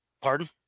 pardon